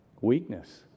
Weakness